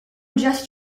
just